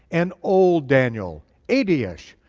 an old daniel, eighty ish,